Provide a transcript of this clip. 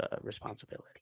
responsibility